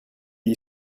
gli